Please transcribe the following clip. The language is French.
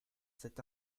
cet